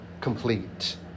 complete